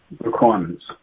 requirements